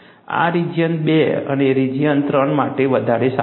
આ region II અને region III માટે વધારે સારું છે